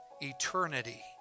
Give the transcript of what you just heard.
eternity